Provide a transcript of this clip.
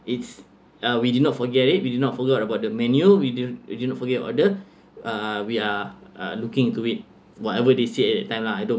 it's uh we did not forget it we did not forget about the menu we did we did not forget your order uh we are uh looking into it whatever they say at that time lah I don't